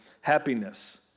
happiness